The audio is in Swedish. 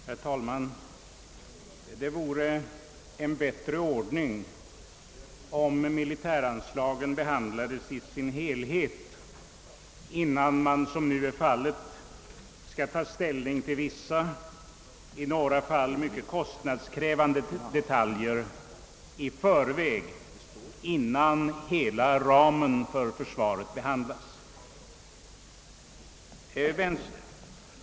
Herr talman! Det vore en bättre ord ning om militäranslagen behandlades i sin helhet och att man ej, såsom nu är fallet, behövde ta ställning till vissa — i några fall mycket kostnadskrävande — detaljer, innan hela ramen för försvaret behandlats.